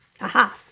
Aha